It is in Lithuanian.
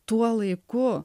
tuo laiku